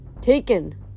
Taken